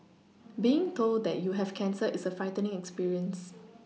being told that you have cancer is a frightening experience